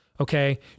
okay